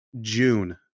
June